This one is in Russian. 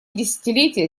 десятилетие